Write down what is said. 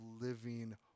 living